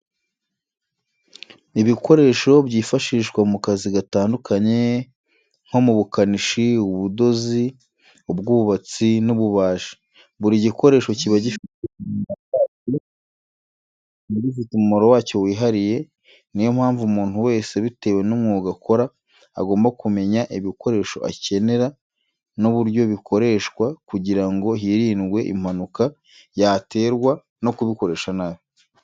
Ibikoresho byifashishwa mu kazi gatandukanye nko mu bukanishi ,ubudozi ,ubwubatsi n'ububajii, buri gikoresho kiba gifite umumaro wacyo wihariye niyo mpamvu umuntu wese bitewe n'umwuga akora agomba kumenya ibikoresho akenera n'uburyo bikoreshwa kugirango hirindwe impanuka yaterwa no kubikoresha nabi.